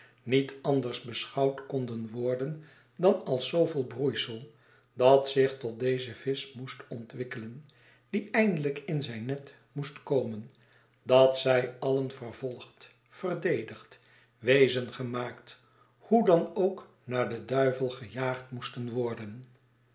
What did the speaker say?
niet andersj beschouwd konden worden dan als zooveel broeisel dat zich tot deze visch moest ontwikkelen die eindelijk in zijn net moest komen dat zij alien vervolgd verdedigd weezen gemaakt hoe dan ook naar den duivel gejaagd moesten worden